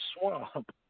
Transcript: swamp